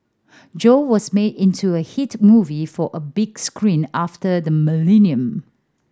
Joe was made into a hit movie for the big screen after the millennium